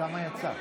כמה יצא?